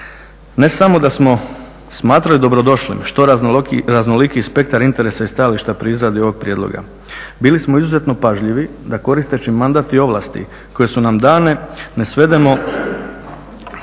Ne samo da smo smatrali dobrodošlim što raznolikiji spektar interesa i stajališta pri izradi ovog prijedloga, bili smo izuzetno pažljivi da koristeći mandat i ovlasti koje su nam dane ne svedemo